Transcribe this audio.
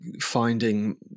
finding